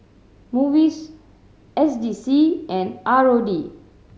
MUIS S D C and R O D